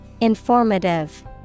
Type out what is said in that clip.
Informative